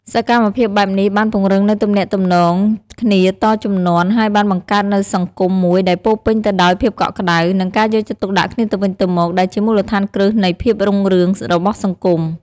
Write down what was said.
សកម្មភាពបែបនេះបានពង្រឹងនូវទំនាក់ទំនងគ្នាតជំនាន់ ហើយបានបង្កើតនូវសង្គមមួយដែលពោរពេញទៅដោយភាពកក់ក្ដៅ និងការយកចិត្តទុកដាក់គ្នាទៅវិញទៅមក ដែលជាមូលដ្ឋានគ្រឹះនៃភាពរុងរឿងរបស់សង្គម។